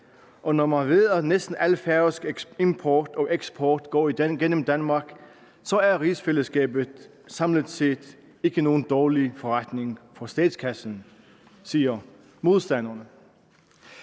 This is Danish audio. og når man ved, at næsten al færøsk import og eksport går igennem Danmark, er rigsfællesskabet samlet set ikke nogen dårlig forretning for statskassen, siger modstanderne.